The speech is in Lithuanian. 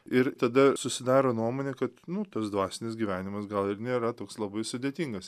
ir tada susidaro nuomonė kad nu tas dvasinis gyvenimas gal ir nėra toks labai sudėtingas